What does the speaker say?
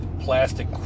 plastic